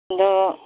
ᱟᱫᱚ